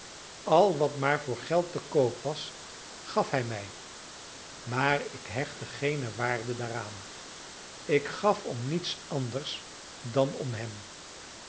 al wat maar voor geld te koop was gaf hij mij maar ik hechtte geene waarde daaraan ik gaf om niets anders dan om hem